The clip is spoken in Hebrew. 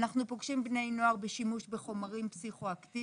אנחנו פוגשים בני נוער בשימוש בחומרים פסיכואקטיביים.